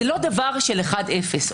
זה לא דבר של אחד-אפס.